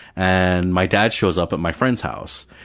and my dad shows up at my friend's house.